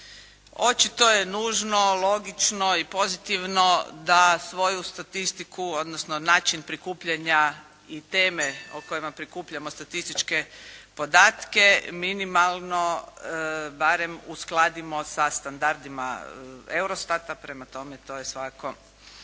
Očito je nužno, logično i pozitivno da svoju statistiku odnosno način prikupljanja i teme o kojima prikupljamo statističke podatke, minimalno barem uskladimo sa standardima EUROSTAT-a, prema tome to je svakako